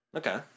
okay